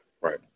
right